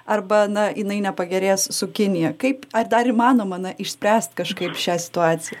arba na jinai nepagerės su kinija kaip ar dar įmanoma na išspręst kažkaip šią situaciją